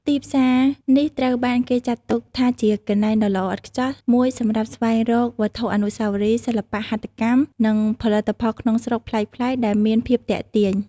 ទីផ្សារនេះត្រូវបានគេចាត់ទុកថាជាកន្លែងដ៏ល្អឥតខ្ចោះមួយសម្រាប់ស្វែងរកវត្ថុអនុស្សាវរីយ៍ សិល្បៈហត្ថកម្ម និងផលិតផលក្នុងស្រុកប្លែកៗ ដែលមានភាពទាក់ទាញ។